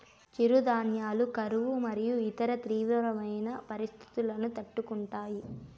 చిరుధాన్యాలు కరువు మరియు ఇతర తీవ్రమైన పరిస్తితులను తట్టుకుంటాయి